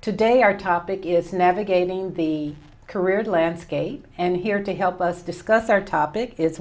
today our topic is navigating the careers landscape and here to help us discuss our topic is